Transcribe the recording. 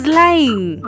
lying